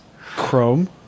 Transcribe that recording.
Chrome